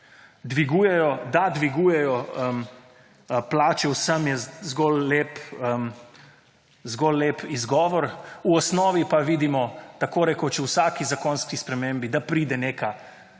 da dvigujejo plače vsem je zgolj lep izgovor, v osnovi pa vidimo takorekoč vsaki zakonski spremembi, da pride neka